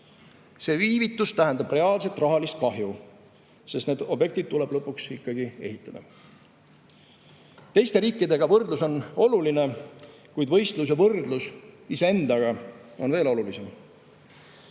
See viivitus tähendab reaalset rahalist kahju, sest need objektid tuleb lõpuks ikkagi ehitada. Teiste riikidega võrdlus on oluline, kuid võistlus ja võrdlus iseendaga on veel olulisem.